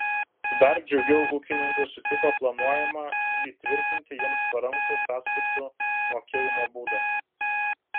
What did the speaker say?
dar džiugiau ūkininkai sutiko planuojamą įtvirtinti jiems parankų sąskaitų mokėjimo būdą